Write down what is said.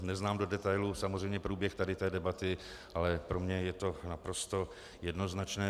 Neznám do detailů samozřejmě průběh tady té debaty, ale pro mě je to naprosto jednoznačné.